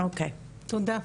תודה.